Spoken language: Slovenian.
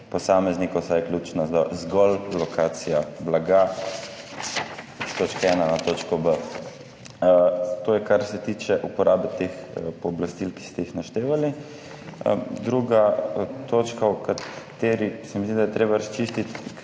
posameznikov, saj je ključna zgolj lokacija blaga s točke 1 na točko B. To je, kar se tiče uporabe teh pooblastil, ki ste jih naštevali. Druga točka, o kateri se mi zdi, da je treba razčistiti,